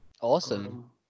Awesome